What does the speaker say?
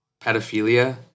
pedophilia